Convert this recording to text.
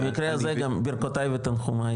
במקרה הזה גם ברכותי ותנחומי,